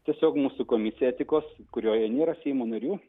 tiesiog mūsų komisija etikos kurioje nėra seimo narių